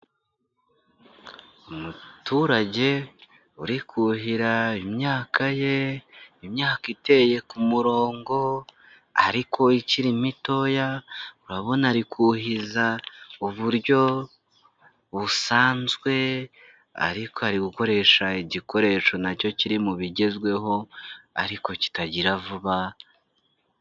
Umuturage uri kuhira imyaka ye, imyaka iteye ku murongo ariko ikiri mitoya, urabona ari kuhiza uburyo busanzwe ariko ari gukoresha igikoresho na cyo kiri mu bigezweho, ariko kitagira vuba.